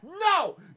No